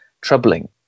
troubling